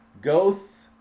ghosts